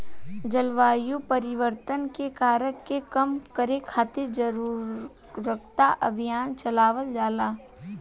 जलवायु परिवर्तन के कारक के कम करे खातिर जारुकता अभियान चलावल जाता